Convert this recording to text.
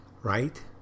Right